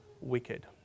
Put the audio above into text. wicked